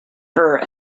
her